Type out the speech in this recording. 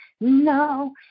no